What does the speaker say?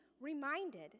reminded